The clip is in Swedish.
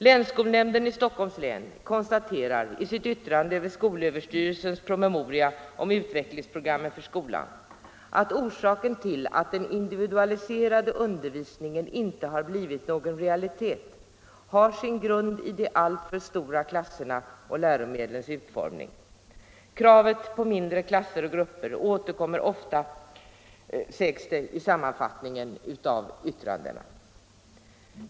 Länsskolnämnden i Stockholms län konstaterar i sitt yttrande över skolöverstyrelsens promemoria om utvecklingsprogrammet för skolan, att orsaken till att den individualiserade undervisningen inte har blivit någon realitet är de alltför stora klasserna och läromedlens utformning. Kravet på mindre klasser och grupper återkommer ofta, sägs det i sammanfattningen av yttrandet.